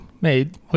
made